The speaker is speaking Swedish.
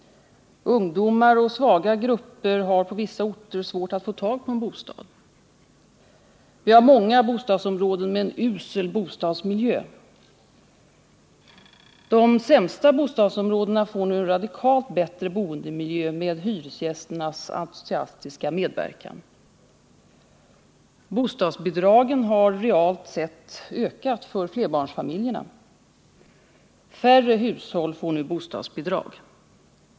— Ungdomar och svaga grupper har på vissa orter svårt att få tag på en bostad. Vi har många bostadsområden med en usel bostadsmiljö. — De sämsta bostadsområdena får nu radikalt bättre boendemiljö med hyresgästernas entusiastiska medverkan. Bostadsbidragen har realt sett ökat för flerbarnsfamiljerna. — Färre hushåll får nu bostadsbidrag.